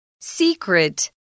Secret